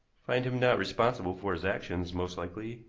find him not responsible for his actions, most likely.